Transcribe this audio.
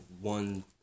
one